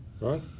Right